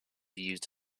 used